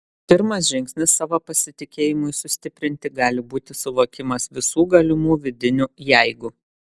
pirmas žingsnis savo pasitikėjimui sustiprinti gali būti suvokimas visų galimų vidinių jeigu